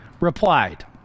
replied